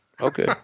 Okay